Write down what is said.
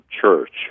church